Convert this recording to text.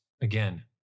again